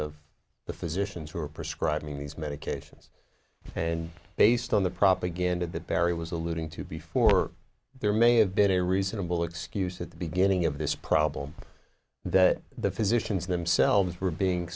of the physicians who are prescribing these medications and based on the propaganda that barry was alluding to before there may have been a reasonable excuse at the beginning of this problem that the physicians themselves were being